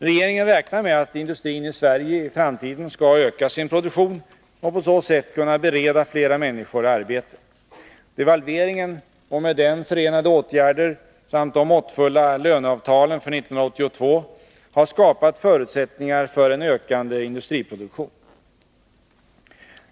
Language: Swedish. Regeringen räknar med att industrin i Sverige i framtiden skall öka sin produktion och på så sätt kunna bereda flera människor arbete. Devalveringen och med den förenade åtgärder samt de måttfulla löneavtalen för 1982 har skapat förutsättningar för en ökande industriproduktion.